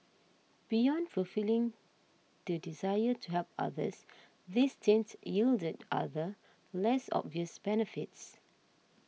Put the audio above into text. beyond fulfilling the desire to help others this stint yielded other less obvious benefits